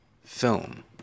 film